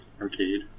arcade